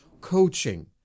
coaching